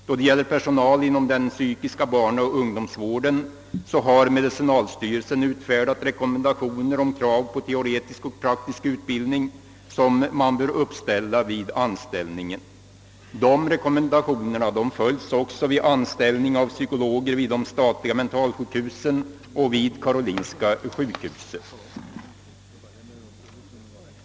När det gäller personal inom den psykiska barnoch ungdomsvården har medicinalstyrelsen utfärdat rekommendationer rörande de teoretiska och praktiska utbildningskrav som bör uppfyllas vid anställning. Dessa rekommendationer följs också när man anställer psykologer vid de staliga mentalsjukhusen och vid karolinska sjukhuset.